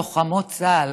לוחמות צה"ל.